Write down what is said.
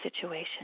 situation